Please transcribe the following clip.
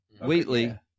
Wheatley